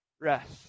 rest